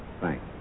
Thanks